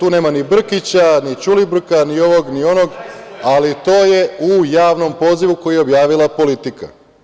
Tu nema ni Brkića, ni Ćulibrka, ni ovog, ni onog, ali to je u javnom pozivu koji je objavila „Politika“